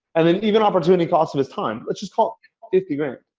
and and even opportunity costed his time. let's just call fifty